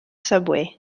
subway